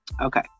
okay